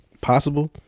possible